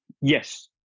Yes